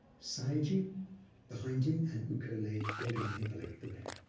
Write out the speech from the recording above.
sayagyi behind him, and u ko lay holding the umbrella at the rear.